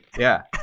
yeah,